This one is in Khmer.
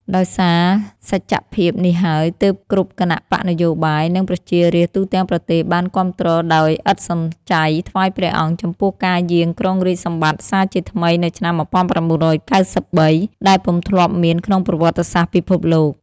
ដោយសារសច្ចភាពនេះហើយ ទើបគ្រប់គណបក្សនយោបាយ និងប្រជារាស្ត្រទូទាំងប្រទេសបានគាំទ្រដោយឥតសំចៃថ្វាយព្រះអង្គចំពោះការយាងគ្រងរាជសម្បត្តិសារជាថ្មីនៅឆ្នាំ១៩៩៣ ដែលពុំធ្លាប់មានក្នុងប្រវត្តិសាស្ត្រពិភពលោក។